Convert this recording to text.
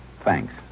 thanks